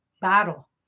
battle